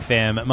Fam